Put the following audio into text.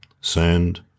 sand